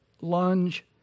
lunge